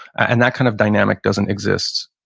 and that kind of dynamic doesn't exist.